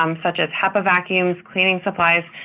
um such as hepa vacuums, cleaning supplies,